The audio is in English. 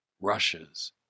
rushes